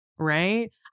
right